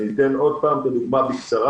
אומר עוד פעם בקצרה: